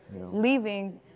leaving